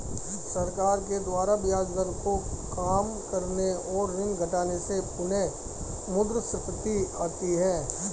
सरकार के द्वारा ब्याज दर को काम करने और ऋण घटाने से पुनःमुद्रस्फीति आती है